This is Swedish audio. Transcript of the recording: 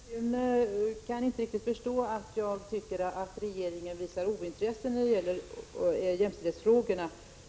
Herr talman! Sture Thun kan inte riktigt förstå att jag tycker att regeringen visar ointresse i jämställdhetsfrågorna.